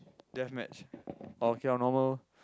death match oh okay ah normal